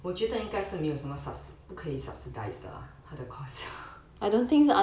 ya 我觉得应该是没有什么 subsidies 不可以 subsidise 的啦他的 course